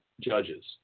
judges